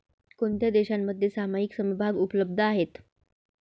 कोणत्या देशांमध्ये सामायिक समभाग उपलब्ध आहेत?